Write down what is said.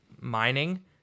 mining